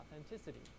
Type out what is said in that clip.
authenticity